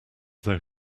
though